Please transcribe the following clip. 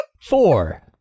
Four